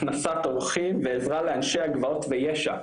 הכנסת אורחים ועזרה לאנשי הגבעות ביש"ע,